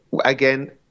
again